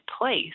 place